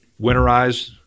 winterize